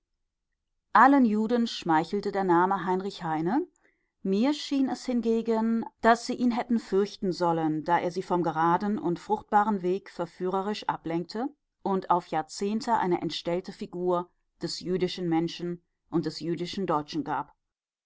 allen juden schmeichelte der name heinrich heine mir schien es hingegen daß sie ihn hätten fürchten sollen da er sie vom geraden und fruchtbaren weg verführerisch ablenkte und auf jahrzehnte eine entstellte figur des jüdischen menschen und des jüdischen deutschen gab